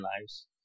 lives